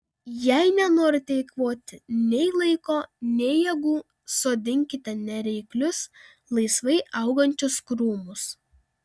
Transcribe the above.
jei nenorite eikvoti nei laiko nei jėgų sodinkite nereiklius laisvai augančius krūmus